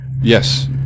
Yes